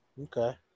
Okay